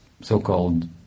so-called